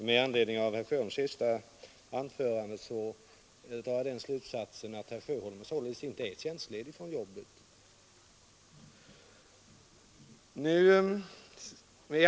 Herr talman! Av herr Sjöholms sista anförande drar jag den slutsatsen att herr Sjöholm således inte är tjänstledig från arbetet.